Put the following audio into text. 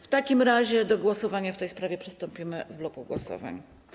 W takim razie do głosowania w tej sprawie przystąpimy w bloku głosowań.